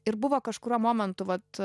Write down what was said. ir buvo kažkuriuo momentu vat